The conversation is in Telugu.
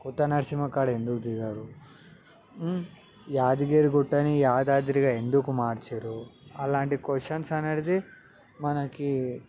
కొత్త నరసింహ కాడ ఎందుకు తినరు యాదగిరి గుట్టని యాదాద్రిగా ఎందుకు మార్చుర్రు అలాంటి క్వషన్స్ అనేటి మనకి